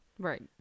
Right